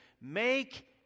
make